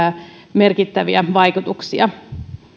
merkittäviä vaikutuksia